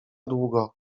długo